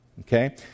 okay